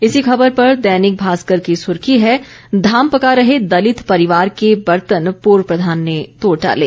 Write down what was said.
इसी खबर पर दैनिक भास्कर की सुर्खी है धाम पका रहे दलित परिवार के बर्तन प्रर्व प्रधान ने तोड़ डाले